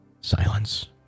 silence